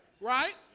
Right